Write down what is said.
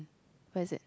where is it